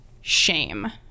shame